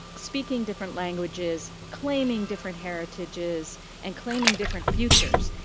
speaking different languages, claiming different heritages and claiming different futures.